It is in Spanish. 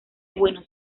buenos